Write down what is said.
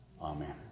Amen